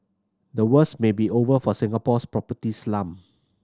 the worst may be over for Singapore's property slump